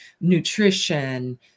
nutrition